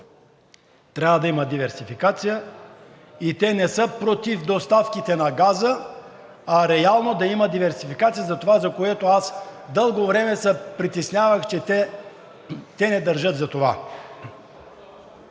трябва да има диверсификация и те не са против доставките на газа, а реално да има диверсификация – за това, за което аз дълго време се притеснявах, че те не държат за това.